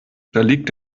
unterliegt